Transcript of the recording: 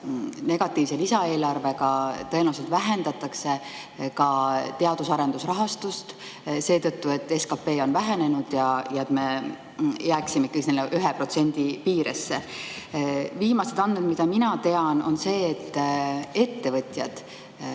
negatiivse lisaeelarvega tõenäoliselt vähendatakse ka teadus‑ ja arendusrahastust, sest SKP on vähenenud ja nii me jääksime 1% piiresse. Viimased andmed, mida mina tean, on see, et ettevõtjad